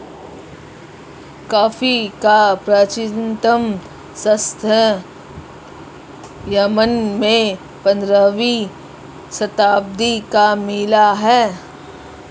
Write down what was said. coffee का प्राचीनतम साक्ष्य यमन में पंद्रहवी शताब्दी का मिला है